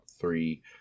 three